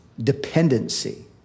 Dependency